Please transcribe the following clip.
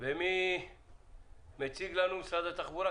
מי מציג לנו ממשרד התחבורה?